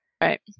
Right